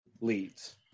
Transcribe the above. leads